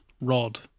Rod